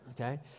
Okay